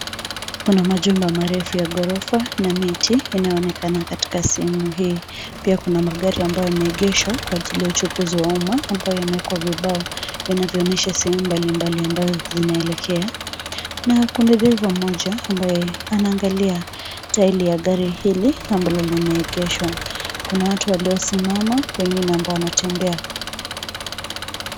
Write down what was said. Kuna majumba marefu ya ghorofa na miti inayo onekana katika sehemu hii, pia kuna magari ambayo yameegeshwa kwa ajili ya uchukuzi wa umma ambayo yameekwa vibao vinavyo onyesha sehemu mbalimbali ambayo zinaelekea na kuna dereva mmoja ambaye anaangalia tairi la gari hili ambalo limeegeshwa, kuna watu waliosimama, wengine ambao wanatembea.